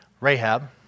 Rahab